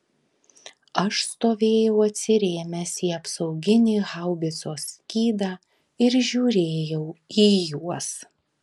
aš stovėjau atsirėmęs į apsauginį haubicos skydą ir žiūrėjau į juos